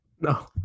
no